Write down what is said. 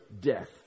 death